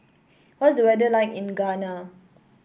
what's the weather like in Ghana